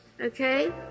Okay